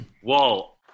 Whoa